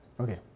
okay